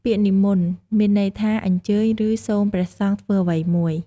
ពាក្យនិមន្ត មានន័យថា "អញ្ជើញ" ឬ "សូមព្រះសង្ឃធ្វើអ្វីមួយ"។